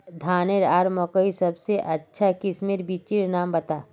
धानेर आर मकई सबसे अच्छा किस्मेर बिच्चिर नाम बता?